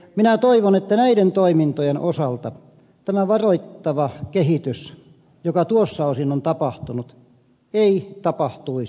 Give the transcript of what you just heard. minä toivon että näiden toimintojen osalta tämä varoittava kehitys joka tuossa osin on tapahtunut ei tapahtuisi